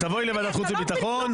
את תבואי לוועדת חוץ וביטחון,